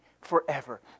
forever